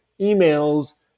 emails